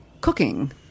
cooking